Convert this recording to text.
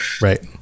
right